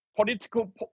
political